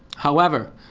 however,